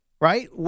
right